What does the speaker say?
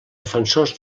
defensors